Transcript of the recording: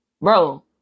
Bro